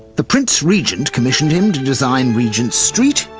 the prince regent commissioned him to design regent street,